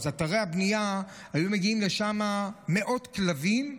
לאתרי הבנייה היו מגיעים מאות כלבים,